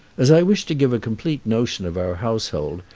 as i wish to give a complete notion of our household,